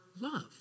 love